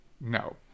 No